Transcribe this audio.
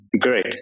Great